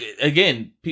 again